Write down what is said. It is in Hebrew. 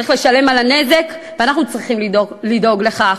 צריך לשלם על הנזק, ואנחנו צריכים לדאוג לכך,